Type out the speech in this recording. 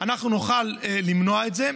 אנחנו נוכל למנוע את זה,